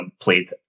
played